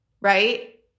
right